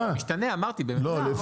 משתנה, אמרתי, בממוצע.